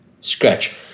Scratch